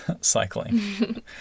cycling